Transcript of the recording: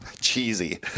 cheesy